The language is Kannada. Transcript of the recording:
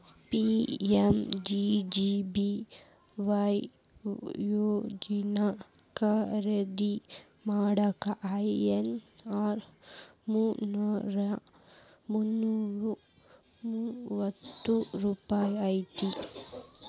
ಪಿ.ಎಂ.ಜೆ.ಜೆ.ಬಿ.ವಾಯ್ ಯೋಜನಾ ಖರೇದಿ ಮಾಡಾಕ ಐ.ಎನ್.ಆರ್ ಮುನ್ನೂರಾ ಮೂವತ್ತ ರೂಪಾಯಿ ಐತಿ